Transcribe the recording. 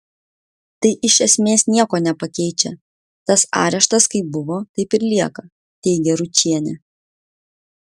tai iš esmės nieko nepakeičia tas areštas kaip buvo taip ir lieka teigia ručienė